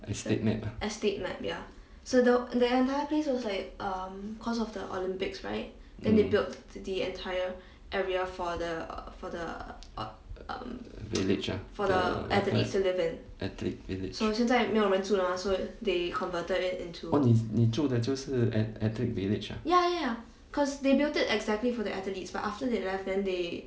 estate map ah mm village ah athlete village oh 你住的就是 ath~ athlete village ah